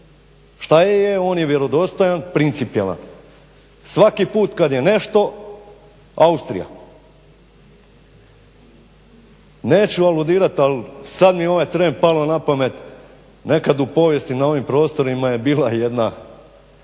Šta je, je on je vjerodostojan, principijelan. Svaki put kad je nešto Austrija. Neću ovo dirat, al sad mi ovaj tren palo na pamet, nekad u povijesti na ovim prostorima je bila jedna